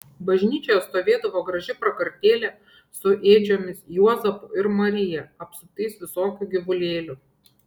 bažnyčioje stovėdavo graži prakartėlė su ėdžiomis juozapu ir marija apsuptais visokių gyvulėlių